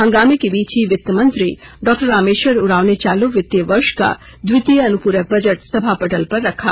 हंगामे के बीच ही वित्तमंत्री डॉक्टर रामेश्वर उरांव ने चालू वित्तीय वर्ष का द्वितीय अनुपूरक बजट सभा पटल पर रखा